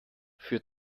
für